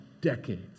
decades